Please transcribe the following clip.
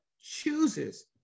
chooses